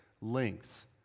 lengths